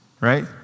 right